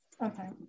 okay